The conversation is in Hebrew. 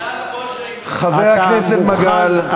ההוצאה לפועל, חבר הכנסת מגל.